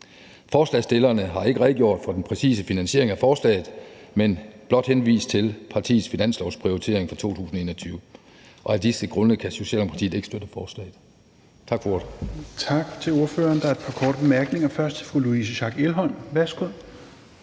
Forslagsstillerne har ikke redegjort for den præcise finansiering af forslaget, men blot henvist til partiets finanslovsprioritering fra 2021. Af disse grunde kan Socialdemokratiet ikke støtte forslaget. Tak for ordet. Kl. 21:32 Tredje næstformand (Rasmus Helveg Petersen): Tak til ordføreren. Der er et par korte bemærkninger, først til fru Louise Schack Elholm. Værsgo.